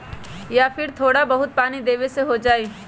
या फिर थोड़ा बहुत पानी देबे से हो जाइ?